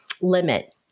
limit